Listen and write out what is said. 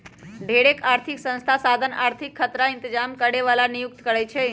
ढेरेक आर्थिक संस्था साधन आर्थिक खतरा इतजाम करे बला के नियुक्ति करै छै